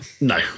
No